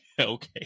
Okay